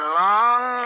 long